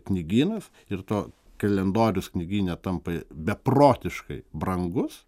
knygynas ir to kalendorius knygyne tampa beprotiškai brangus